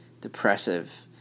depressive